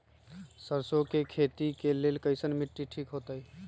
सरसों के खेती के लेल कईसन मिट्टी ठीक हो ताई?